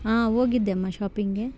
ಹಾಂ ಹೋಗಿದ್ದೆ ಅಮ್ಮ ಶಾಪಿಂಗ್ಗೆ